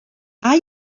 are